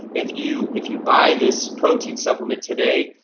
if you if you buy this protein supplement today,